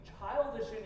childish